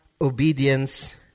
obedience